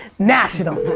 national.